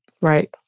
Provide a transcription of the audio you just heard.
Right